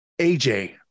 AJ